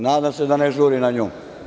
Nadam se da ne žuri na nju.